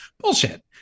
Bullshit